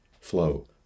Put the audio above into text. flow